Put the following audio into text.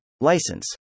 License